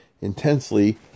intensely